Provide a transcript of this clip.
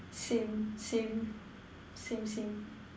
same same same same